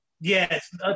Yes